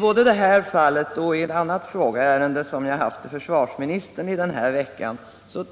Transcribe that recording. Både i detta fall och i ett annat ärende som jag tagit upp i en fråga till försvarsministern denna vecka